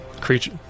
creature